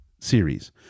series